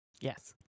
Yes